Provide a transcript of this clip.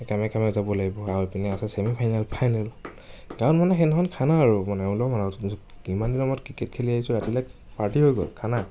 কামে কামে যাব লাগিব আৰু ইপিনে আছে চেমিফাইনেল ফাইনেল তাৰমানে সেইদিনাখন খানা আৰু মানে উলহ মালহ কিমান দিনৰ মূৰত ক্ৰিকেট খেলি আহিছোঁ ৰাতিলে পাৰ্টি হৈ গ'ল খানা